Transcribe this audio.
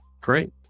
Great